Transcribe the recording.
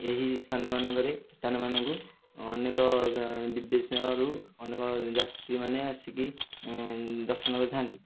ଏହି ସ୍ଥାନ ମାନଙ୍କରେ ସ୍ଥାନ ମାନଙ୍କୁ ଅନେକ ବିଦେଶରୁ ଅନେକ ଯାତ୍ରୀମାନେ ଆସିକି ଦର୍ଶନ କରିଥାନ୍ତି